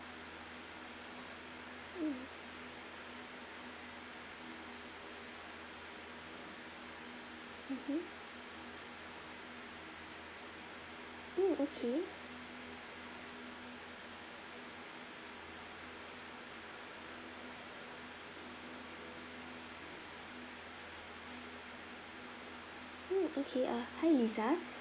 mm mmhmm mm okay mm okay uh hi lisa